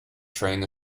train